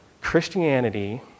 Christianity